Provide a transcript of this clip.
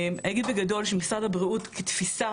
אני אגיד בגדול שמשרד הבריאות כתפיסה,